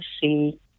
see